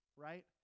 Right